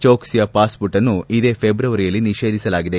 ಚೋಕ್ಲಿಯ ಪಾಸ್ಮೋರ್ಟ್ ಅನ್ನು ಇದೇ ಫೆಬ್ರವರಿಯಲ್ಲಿ ನಿಷೇಧಿಸಲಾಗಿದೆ